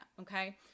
Okay